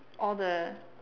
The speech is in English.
all the